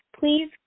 Please